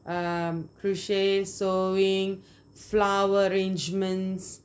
um crochet sewing flower arrangements